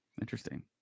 Interesting